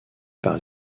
par